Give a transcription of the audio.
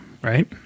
right